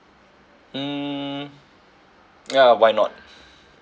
mm ya why not